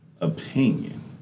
opinion